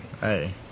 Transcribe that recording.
Hey